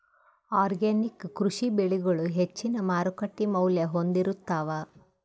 organic ಕೃಷಿ ಬೆಳಿಗಳು ಹೆಚ್ಚಿನ್ ಮಾರುಕಟ್ಟಿ ಮೌಲ್ಯ ಹೊಂದಿರುತ್ತಾವ